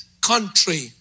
country